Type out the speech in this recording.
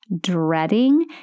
dreading